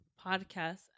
podcast